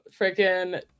freaking